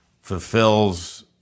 fulfills